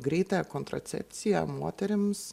greitąją kontracepciją moterims